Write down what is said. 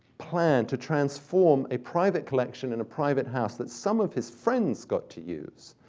plan to transform a private collection in a private house that some of his friends got to use.